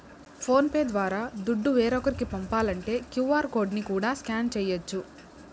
phone pay ద్వారా దుడ్డు వేరోకరికి పంపాలంటే క్యూ.ఆర్ కోడ్ ని కూడా స్కాన్ చేయచ్చు